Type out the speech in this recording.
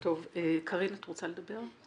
קארין, את רוצה לדבר?